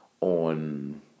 on